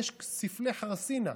ספלי חרסינה.